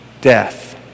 death